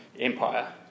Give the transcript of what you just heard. Empire